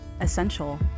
Essential